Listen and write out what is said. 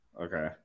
Okay